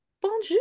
bonjour